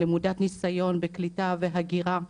למודת ניסיון בקליטה והגירה,